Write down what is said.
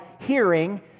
hearing